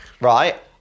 right